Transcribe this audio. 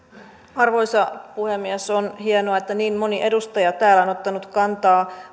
arvoisa puhemies on hienoa että niin moni edustaja täällä on ottanut kantaa